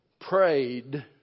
prayed